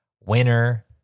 winner